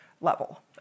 level